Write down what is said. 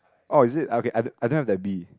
orh is it okay okay I don't I don't have that bee